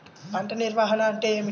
పంట నిర్వాహణ అంటే ఏమిటి?